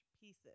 pieces